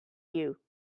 you